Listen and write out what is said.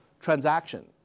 transaction